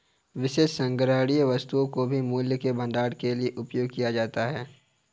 विशेष संग्रहणीय वस्तुओं को भी मूल्य के भंडारण के लिए उपयोग किया जाता है